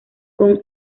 con